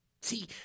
See